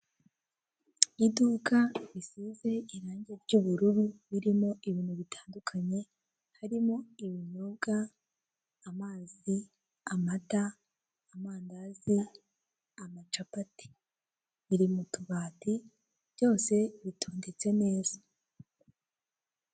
Iduka risize irangi ry'ubururu, ririmo ibintu bitandukanye harimo ibinyobwa, amazi, amata, amandazi, amacapati. Biri mu tubati byose bitondetse neza.